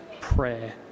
prayer